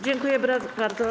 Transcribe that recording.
Dziękuję bardzo.